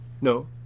No